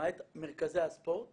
למעט מרכזי הספורט